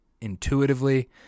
intuitively